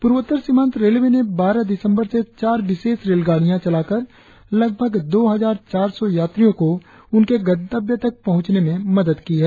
प्रर्वोत्तर सीमांत रेलवे ने बारह दिसंबर से चार विशेष रेलगाड़िया चलाकर लगभग दो हजार चार सौ यात्रियों को उनके गंतव्य तक पहुचनें में मदद की है